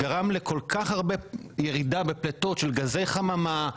ושגרם לירידה כל כך גדולה בפליטות של גזי חממה,